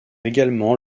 également